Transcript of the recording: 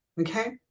Okay